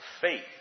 faith